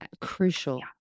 Crucial